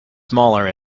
smaller